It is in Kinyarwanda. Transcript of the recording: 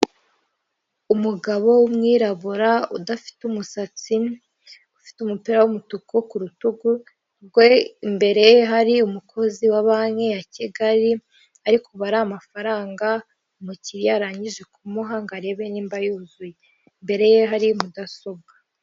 Umugabo w'umwirabura udafite umusatsi, ufite umupira w'umutuku ku rutugu rwe, imbere ye hari umukozi wa banki ya Kigali arikubara amafaranga umukiriya arangije kumuha ngo arebe niba yuzuye, imbere ye hari mudasobwa.